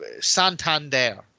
Santander